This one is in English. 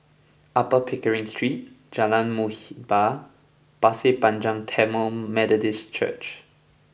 Upper Pickering Street Jalan Muhibbah Pasir Panjang Tamil Methodist Church